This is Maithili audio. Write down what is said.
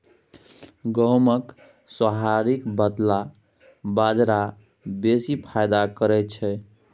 गहुमक सोहारीक बदला बजरा बेसी फायदा करय छै